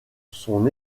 son